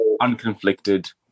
unconflicted